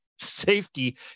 Safety